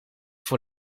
voor